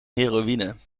heroïne